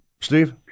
steve